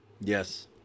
Yes